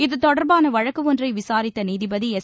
இத்தொடர்பாள வழக்கு ஒன்றை விசாரித்த நீதிபதி எஸ்